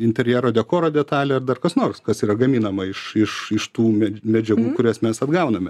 interjero dekoro detalė ar dar kas nors kas yra gaminama iš iš iš tų me medžiagų kurias mes atgauname